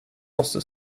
måste